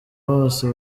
bose